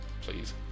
please